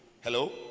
Hello